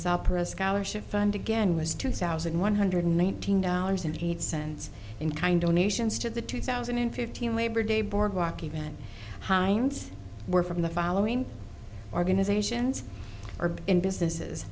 supper a scholarship fund again was two thousand one hundred nineteen dollars and eight cents in kind donations to the two thousand and fifteen labor day boardwalk event hinds were from the following organizations or in businesses